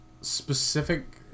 specific